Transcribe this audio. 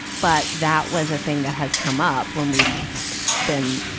but that was a thing that has come up when we've been